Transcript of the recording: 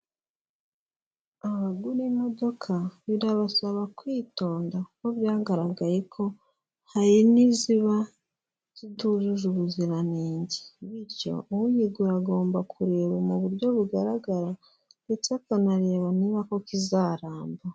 Abagura imodoka birabasaba kwitonda kuko byagaragaye ko hari n'iziba zitujuje ubuziranenge, bityo uyigura agomba kureba mu buryo bugaragara ndetse akanareba niba koko izaramba.